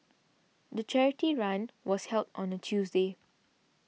the charity run was held on a Tuesday